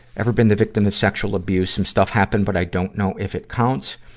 ever been the victim of sexual abuse some stuff happened, but i don't know if it counts.